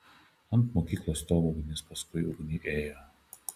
ant mokyklos stogo ugnis paskui ugnį ėjo